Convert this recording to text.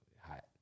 hot